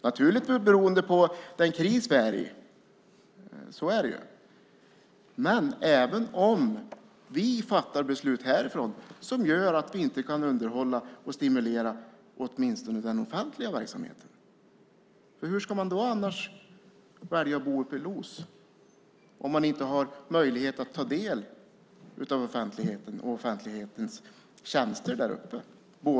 Naturligtvis är det beroende på den kris vi är i. Så är det ju. Men det handlar även om huruvida vi fattar beslut härifrån som gör att vi inte kan underhålla och stimulera åtminstone den offentliga verksamheten. Hur ska man då välja att bo uppe i Los om man inte har möjlighet att ta del av det offentligas tjänster däruppe?